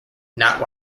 not